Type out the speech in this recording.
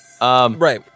Right